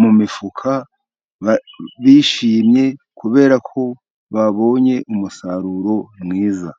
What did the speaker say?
mu mifuka, bishimye kubera ko babonye umusaruro mwiza.